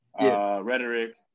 Rhetoric